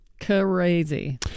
Crazy